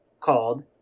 called